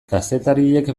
kazetariek